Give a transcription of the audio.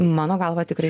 mano galva tikrai